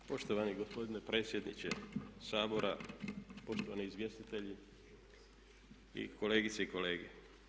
Poštovani gospodine predsjedniče Sabora, poštovani izvjestitelji, kolegice i kolege.